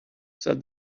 said